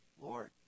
Lord